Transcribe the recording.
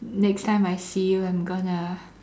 next time I see you I'm gonna